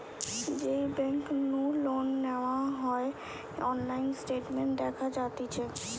যেই বেংক নু লোন নেওয়া হয়অনলাইন স্টেটমেন্ট দেখা যাতিছে